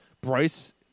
Bryce